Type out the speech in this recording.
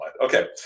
Okay